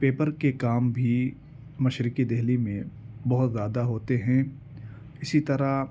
paper کے کام بھی مشرقی دہلی میں بہت زیادہ ہوتے ہیں اسی طرح